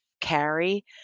carry